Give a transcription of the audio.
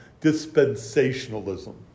dispensationalism